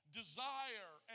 desire